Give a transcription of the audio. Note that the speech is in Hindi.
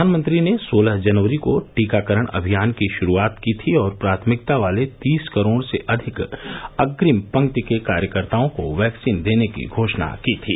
प्रधानमंत्री ने सोलह जनवरी को टीकाकरण अभियान की शुरूआत की थी और प्राथमिकता वाले तीस करोड़ से अधिक अग्रिम पंक्ति के कार्यकर्ताओं को वैक्सीन देने की घोषणा की थी